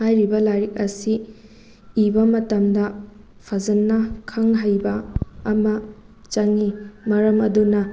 ꯍꯥꯏꯔꯤꯕ ꯂꯥꯏꯔꯤꯛ ꯑꯁꯤ ꯏꯕ ꯃꯇꯝꯗ ꯐꯖꯅ ꯈꯪ ꯍꯩꯕ ꯑꯃ ꯆꯪꯉꯤ ꯃꯔꯝ ꯑꯗꯨꯅ